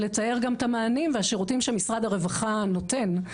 לתאר גם את המענים והשירותים שמשרד הרווחה נותן.